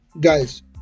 Guys